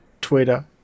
Twitter